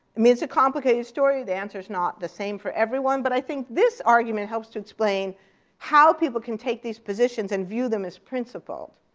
um a complicated story. the answer is not the same for everyone. but i think this argument helps to explain how people can take these positions and view them as principled.